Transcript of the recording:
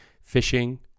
fishing